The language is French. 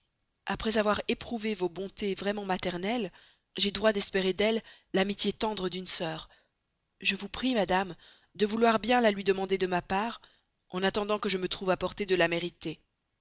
après avoir éprouvé vos bontés vraiment maternelles j'ai droit d'espérer d'elle l'amitié tendre d'une sœur je vous prie madame de vouloir bien la lui demander de ma part en attendant que je me trouve à portée de la